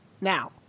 now